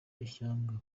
ishyanga